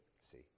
See